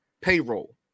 payroll